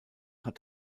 hat